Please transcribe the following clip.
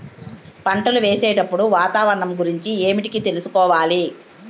పంటలు వేసేటప్పుడు వాతావరణం గురించి ఏమిటికి తెలుసుకోవాలి?